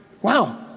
wow